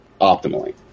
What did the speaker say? optimally